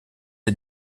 est